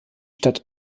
stadt